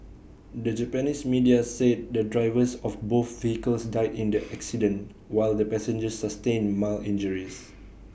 the Japanese media said the drivers of both vehicles died in the accident while the passengers sustained mild injuries